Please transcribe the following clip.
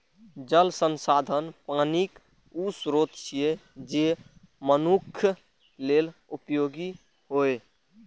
जल संसाधन पानिक ऊ स्रोत छियै, जे मनुक्ख लेल उपयोगी होइ